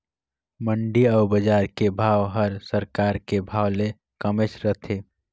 मंडी अउ बजार के भाव हर सरकार के भाव ले कमेच रथे